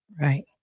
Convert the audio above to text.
Right